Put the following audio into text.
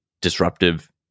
disruptive